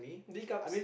D cups